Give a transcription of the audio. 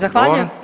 Zahvaljujem.